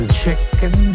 chicken